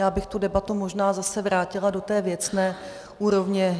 Já bych tu debatu možná zase vrátila do té věcné úrovně.